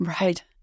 Right